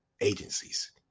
agencies